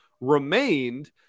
remained